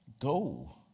go